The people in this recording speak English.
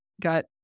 got